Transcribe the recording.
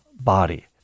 body